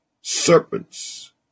serpents